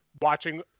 watching